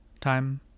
time